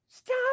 Stop